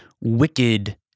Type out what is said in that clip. wicked